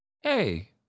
Hey